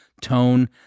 Tone